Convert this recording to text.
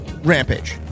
Rampage